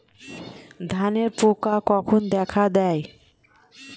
ধানের পোকা কখন দেখা দেয়?